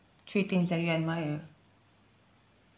three things that you admire